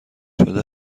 شده